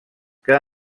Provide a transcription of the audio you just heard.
que